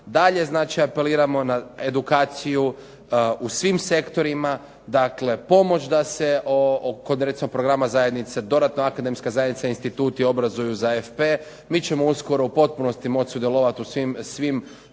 znači apeliramo na edukaciju u svim sektorima, dakle pomoć da se kod recimo programa zajednice, dodatna akademska zajednica, instituti obrazuju za FP. Mi ćemo uskoro u potpunosti moći sudjelovati u svim programima